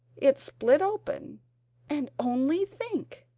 it split open and, only think!